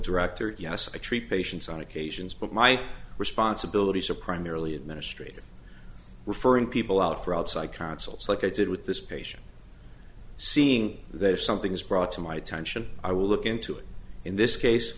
director yes i treat patients on occasions but my responsibilities are primarily administrative referring people out for outside counsels like i did with this patient seeing that if something is brought to my attention i will look into it in this case